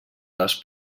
les